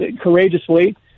courageously